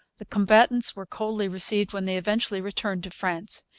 the combatants were coldly received when they eventually returned to france,